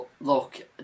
look